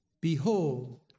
Behold